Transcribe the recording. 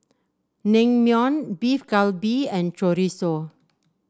Naengmyeon Beef Galbi and Chorizo